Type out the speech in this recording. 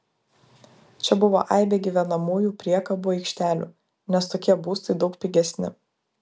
čia buvo aibė gyvenamųjų priekabų aikštelių nes tokie būstai daug pigesni